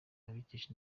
abikesha